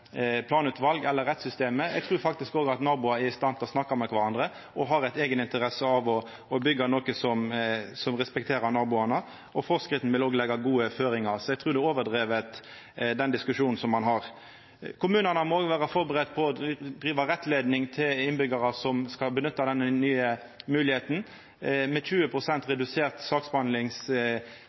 planutval eller rettssystemet. Eg trur at òg naboar er i stand til å snakka med kvarandre og er interesserte i å byggja noko som naboane respekterer. Forskrifta vil òg leggja gode føringar. Eg trur den diskusjonen som ein har, er overdriven. Kommunane må vera førebudde på å driva med rettleiing overfor innbyggjarar som skal nytta den nye moglegheita. Med 20 pst. redusert